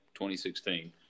2016